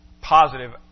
positive